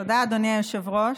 תודה, אדוני היושב-ראש.